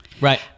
right